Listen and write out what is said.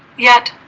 yet,